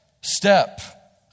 step